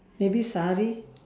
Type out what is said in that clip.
maybe sari